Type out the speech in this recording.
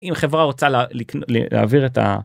אם חברה רוצה להעביר את ה...